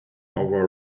over